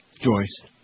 Joyce